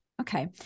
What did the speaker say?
Okay